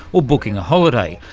or booking a holiday,